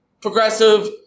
progressive